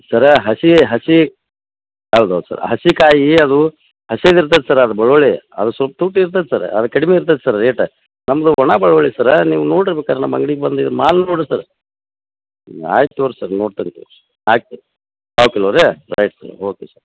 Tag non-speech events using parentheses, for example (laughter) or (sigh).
ಸರ ಹಸಿ ಹಸಿ ಹೌದು ಹೌದು ಸರ ಹಸಿ ಕಾಯಿ ಅದು ಹಸಿದು ಇರ್ತೈತ್ ಸರ್ ಅದು ಬೆಳ್ಳುಳ್ಳಿ ಅದು ಸ್ವಲ್ಪ ತುಟ್ಟಿ ಇರ್ತೈತೆ ಸರ ಅದು ಕಡ್ಮೆ ಇರ್ತೈತೆ ಸರ್ ರೇಟ ನಮ್ಮದು ಒಣ ಬೆಳ್ಳುಳ್ಳಿ ಸರ ನೀವು ನೋಡಿರಿ ಬೇಕಾರೆ ನಮ್ಮ ಅಂಗ್ಡಿಗೆ ಬಂದು ಇದು ಮಾಲು ನೋಡಿರಿ ಸರ ಆಯ್ತು ತೋರಿ ಸರ್ ನೋಡಿ (unintelligible) ಆಯ್ತು ಸರ್ ಪಾವು ಕಿಲೋ ರೀ ಆಯ್ತು ಸರ್ ಓಕೆ ಸರ್